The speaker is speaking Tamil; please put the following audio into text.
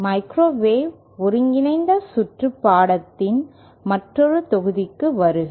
மைக்ரோவேவ் ஒருங்கிணைந்த சுற்று பாடத்தின் மற்றொரு தொகுதிக்கு வருக